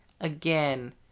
again